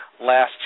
last